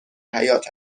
حیات